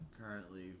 currently